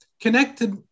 connected